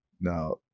now